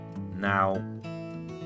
Now